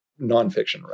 nonfiction